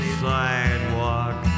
sidewalk